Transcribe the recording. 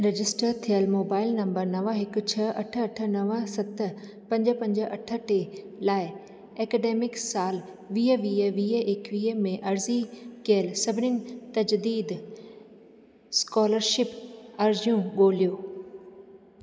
register थियल mobile number नव हिकु छह अठ अठ नव सत पंज पंज अठ टे लाइ एकेडेमिक साल वीह वीह वीह एकवीह में अर्ज़ी कयल सभिनीन तजदीद स्कॉलरशिप अर्ज़ियूं ॻोल्हियो